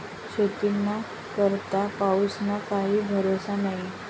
शेतीना करता पाऊसना काई भरोसा न्हई